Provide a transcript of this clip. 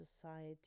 society